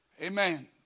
Amen